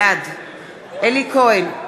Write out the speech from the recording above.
בעד אלי כהן,